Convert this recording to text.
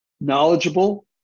knowledgeable